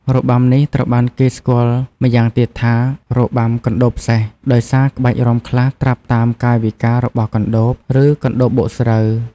របាំនេះត្រូវបានគេស្គាល់ម្យ៉ាងទៀតថា "របាំកណ្ដូបសេះ" ដោយសារក្បាច់រាំខ្លះត្រាប់តាមកាយវិការរបស់កណ្ដូប ឬកណ្ដូបបុកស្រូវ។